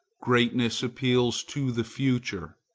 greatness appeals to the future.